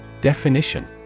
Definition